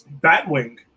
Batwing